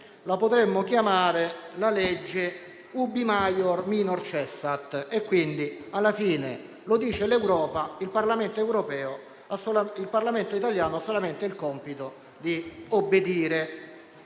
La potremmo chiamare la legge *ubi maior, minor cessat*. Lo dice l'Europa e il Parlamento italiano ha solamente il compito di obbedire.